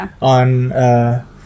on